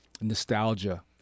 Nostalgia